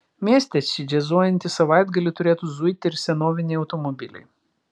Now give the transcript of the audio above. mieste šį džiazuojantį savaitgalį turėtų zuiti ir senoviniai automobiliai